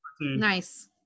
Nice